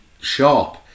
sharp